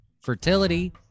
fertility